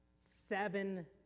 seven